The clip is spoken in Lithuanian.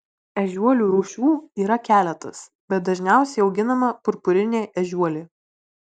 ežiuolių rūšių yra keletas bet dažniausiai auginama purpurinė ežiuolė